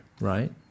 right